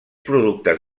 productes